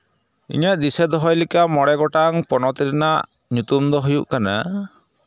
ᱤᱧᱟᱹᱜ ᱫᱤᱥᱟᱹ ᱫᱚᱦᱚᱭ ᱞᱮᱠᱟ ᱢᱚᱬᱮ ᱜᱚᱴᱟᱝ ᱯᱚᱱᱚᱛ ᱨᱮᱱᱟᱜ ᱧᱩᱛᱩᱢ ᱫᱚ ᱦᱩᱭᱩᱜ ᱠᱟᱱᱟ